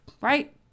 right